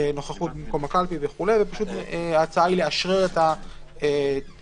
מקום הקלפי וכו' וההצעה היא לאשרר את ההוראות